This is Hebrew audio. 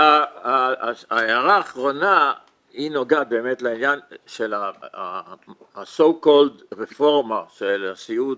ההערה האחרונה נוגעת לעניין של ה-so called רפורמה של הסיעוד